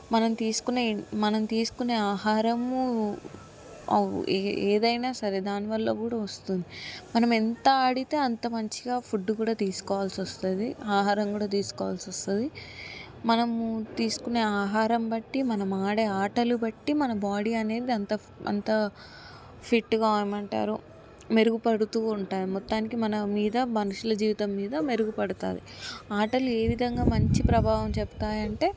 మనం తీసుకున్న మనం తీసుకునే ఆహారము ఏదైనా సరే దానివల్ల కూడా వస్తుంది మనం ఎంత ఆడితే అంత మంచిగా ఫుడ్డు కూడా తీసుకోవాల్సి వస్తుంది ఆహారం కూడా తీసుకోవాల్సి వస్తుంది మనం తీసుకునే ఆహారం బట్టి మనం ఆడే ఆటలు బట్టి మన బాడీ అనేది అంతా అంతా ఫిట్గా ఏమంటారు మెరుగుపడుతూ ఉంటాయి మొత్తానికి మన మీద మనుషుల జీవితం మీద మెరుగుపడతాయి ఆటలు ఏ విధంగా మంచి ప్రభావం చెప్తాయంటే